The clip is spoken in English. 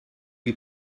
you